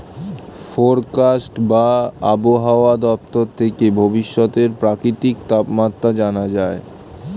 forecast বা আবহাওয়া দপ্তর থেকে ভবিষ্যতের প্রাকৃতিক তাপমাত্রা জানা যায়